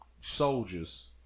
Soldiers